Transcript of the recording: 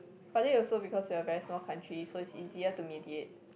but then also because we are very small country so it's easier to mediate